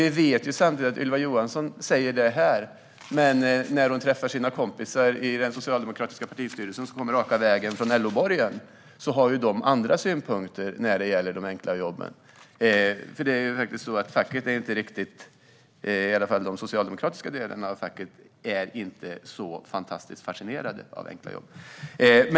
Vi vet dock samtidigt att Ylva Johansson säger detta när hon är här, men när hon träffar sina kompisar i den socialdemokratiska partistyrelsen - som kommer raka vägen från LO-borgen - har de andra synpunkter när det gäller de enkla jobben. Facket - i alla fall de socialdemokratiska delarna av det - är inte så fantastiskt fascinerade av enkla jobb.